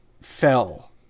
fell